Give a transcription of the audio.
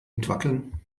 entwackeln